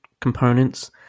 components